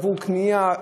עבור קנייה,